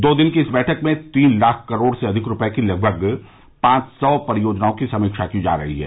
दो दिन की इस बैठक में तीन लाख करोड़ से अधिक रुपये की लगभग पांच सौ परियोजनाओं की समीक्षा की जा रही है